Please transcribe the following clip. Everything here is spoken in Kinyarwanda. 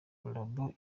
robots